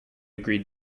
agreed